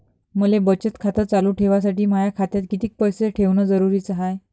मले बचत खातं चालू ठेवासाठी माया खात्यात कितीक पैसे ठेवण जरुरीच हाय?